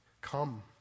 come